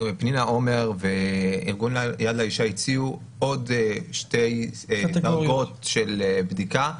פנינה עומר וארגון יד לאישה הציעו עוד שתי דרגות של בדיקה.